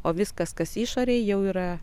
o viskas kas išorėj jau yra